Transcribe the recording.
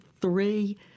three